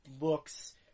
looks